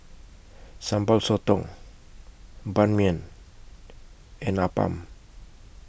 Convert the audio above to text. Sambal Sotong Ban Mian and Appam